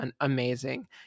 amazing